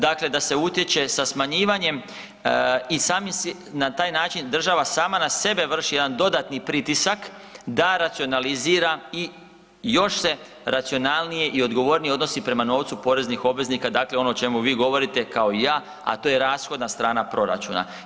Dakle, da se utječe sa smanjivanjem i sami si, na taj način država sama na sebe vrši jedan dodatni pritisak da racionalizira i još se racionalnije i odgovornije odnosi prema novcu poreznih obveznika, dakle ono o čemu vi govorite kao i ja, a to je rashodna strana proračuna.